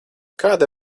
kāda